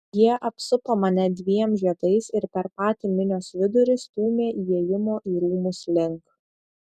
jie apsupo mane dviem žiedais ir per patį minios vidurį stūmė įėjimo į rūmus link